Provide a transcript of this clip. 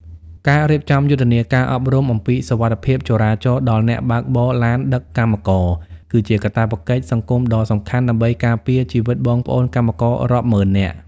ការរៀបចំយុទ្ធនាការអប់រំអំពីសុវត្ថិភាពចរាចរណ៍ដល់អ្នកបើកបរឡានដឹកកម្មករ គឺជាកាតព្វកិច្ចសង្គមដ៏សំខាន់ដើម្បីការពារជីវិតបងប្អូនកម្មកររាប់ម៉ឺននាក់។